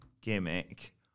gimmick